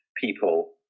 people